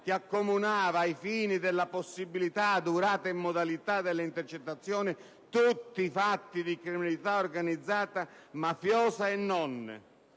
che accomunava, ai fini della possibilità, della durata e delle modalità delle intercettazioni, tutti i fatti di criminalità organizzata, mafiosa e non?